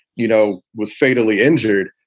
you know, was fatally injured.